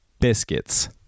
Biscuits